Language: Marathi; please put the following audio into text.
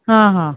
हां हां